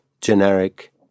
generic